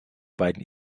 beiden